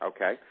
Okay